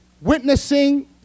witnessing